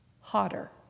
hotter